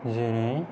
जेरै